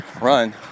run